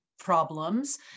problems